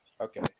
Okay